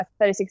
36